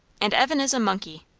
and evan is a monkey.